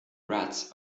rats